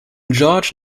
george